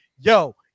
yo